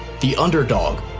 the underdog.